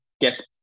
get